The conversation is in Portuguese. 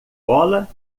bola